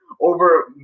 over